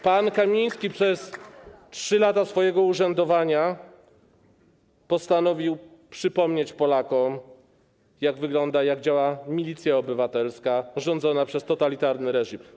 Pan Kamiński przez 3 lata swojego urzędowania postanowił przypomnieć Polakom, jak wyglądała i jak działała Milicja Obywatelska rządzona przez totalitarny reżim.